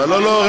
לא לא,